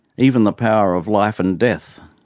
even the power of life and death.